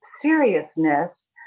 seriousness